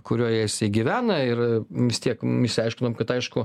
kurioje jisai gyvena ir vis tiek išsiaiškinom kad aišku